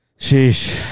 sheesh